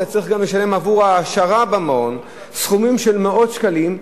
אתה צריך גם לשלם עבור העשרה במעון סכומים של מאות שקלים,